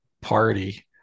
party